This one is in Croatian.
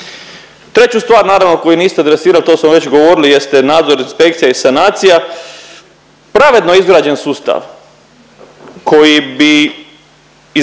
Treću stvar naravno koju niste adresirali to smo već govorili jest nadzor, inspekcija i sanacija. Pravedno izrađen sustav koji bi izgledao